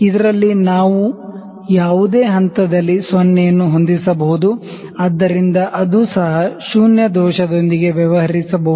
ಇದರಲ್ಲಿ ನಾವು ಯಾವುದೇ ಹಂತದಲ್ಲಿ 0 ಅನ್ನು ಹೊಂದಿಸಬಹುದು ಆದ್ದರಿಂದ ಅದು ಸಹ ಶೂನ್ಯ ದೋಷದೊಂದಿಗೆ ವ್ಯವಹರಿಸಬಹುದು